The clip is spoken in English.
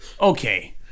Okay